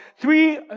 three